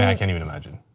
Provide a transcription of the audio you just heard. i cannot even imagine.